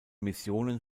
missionen